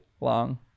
long